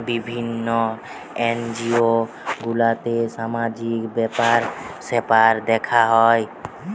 বিভিন্ন এনজিও গুলাতে সামাজিক ব্যাপার স্যাপার দেখা হয়